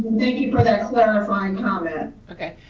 thank you for that clarifying comment. okay,